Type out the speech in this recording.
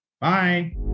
Bye